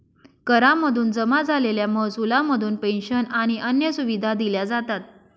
करा मधून जमा झालेल्या महसुला मधून पेंशन आणि अन्य सुविधा दिल्या जातात